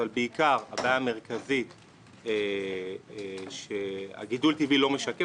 אבל הבעיה המרכזית שהגידול הטבעי לא משקף